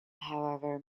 however